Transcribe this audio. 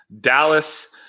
Dallas